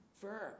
verb